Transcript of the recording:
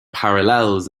parallels